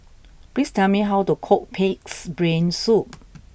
please tell me how to cook Pig'S Brain Soup